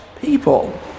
people